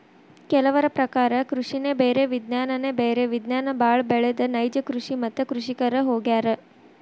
ಕೆಲವರ ಪ್ರಕಾರ ಕೃಷಿನೆ ಬೇರೆ ವಿಜ್ಞಾನನೆ ಬ್ಯಾರೆ ವಿಜ್ಞಾನ ಬಾಳ ಬೆಳದ ನೈಜ ಕೃಷಿ ಮತ್ತ ಕೃಷಿಕರ ಹೊಗ್ಯಾರ